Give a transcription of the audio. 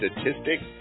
statistics